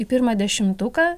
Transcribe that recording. į pirmą dešimtuką